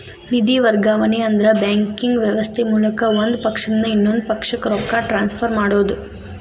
ನಿಧಿ ವರ್ಗಾವಣೆ ಅಂದ್ರ ಬ್ಯಾಂಕಿಂಗ್ ವ್ಯವಸ್ಥೆ ಮೂಲಕ ಒಂದ್ ಪಕ್ಷದಿಂದ ಇನ್ನೊಂದ್ ಪಕ್ಷಕ್ಕ ರೊಕ್ಕ ಟ್ರಾನ್ಸ್ಫರ್ ಮಾಡೋದ್